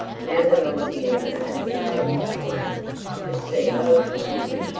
now that i was nearer and the moon was higher i could see more plainly.